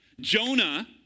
Jonah